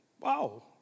Wow